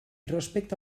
respecta